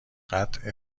قطع